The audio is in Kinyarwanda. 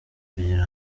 kugira